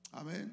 amen